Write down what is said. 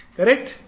Correct